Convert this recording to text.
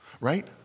right